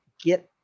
get